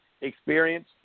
Experience